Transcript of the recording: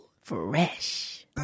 fresh